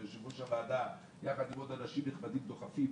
כאשר יושב-ראש הוועדה ביחד עם עוד אנשים נכבדים דוחפים,